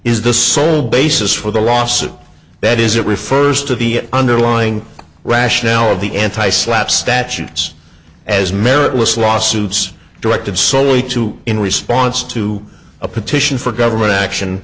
is the sole basis for the lawsuit that is it refers to the underlying rationale of the anti slapp statutes as meritless lawsuits directed solely to in response to a petition for government action